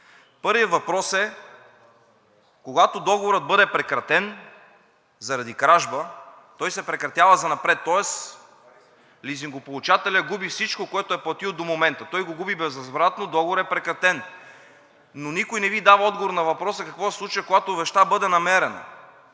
Първият въпрос е, когато договорът бъде прекратен заради кражба, той се прекратява занапред. Тоест лизингополучателят губи всичко, което е платил до момента. Той го губи безвъзвратно, договорът е прекратен, но никой не Ви дава отговор на въпроса: какво се случва, когато вещта бъде намерена?